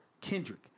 Kendrick